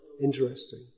interesting